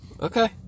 Okay